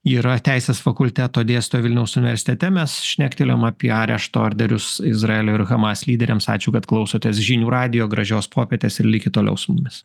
yra teisės fakulteto dėstytoja vilniaus universitete mes šnektelėjom apie arešto orderius izraelio ir hamas lyderiams ačiū kad klausotės žinių radijo gražios popietės ir likit toliau su mumis